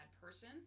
person